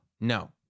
no